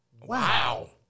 Wow